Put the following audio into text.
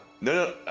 No